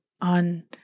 on